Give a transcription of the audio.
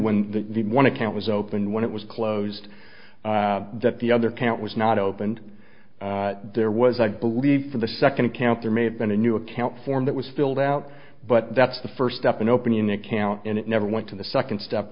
open when one account was opened when it was closed that the other count was not opened there was i believe for the second account there may have been a new account form that was filled out but that's the first step in opening an account and it never went to the second step